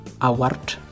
award